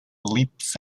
leaps